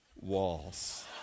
Walls